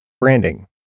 branding